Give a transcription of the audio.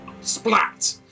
splat